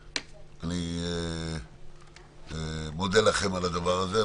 אני מודה לכם על הדבר הזה.